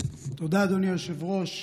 תודה, אדוני היושב-ראש.